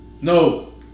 No